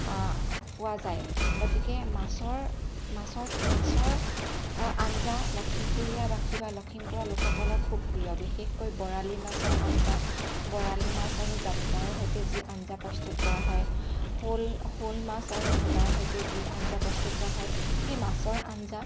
পোৱা যায় গতিকে মাছৰ মাছৰ আঞ্জা লখিমপুৰীয়াবাসী বা লখিমপুৰৰ লোকসকলৰ প্ৰিয় বিশেষকৈ বৰালি মাছৰ আঞ্জা বৰালি মাছ আৰু জাতিলাওৰ সৈতে যি আঞ্জা প্ৰস্তুত কৰা হয় শ'ল মাছ আৰু মূলাৰ সৈতে যি আঞ্জা প্ৰস্তুত কৰা হয় সেই মাছৰ আঞ্জাত